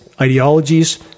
ideologies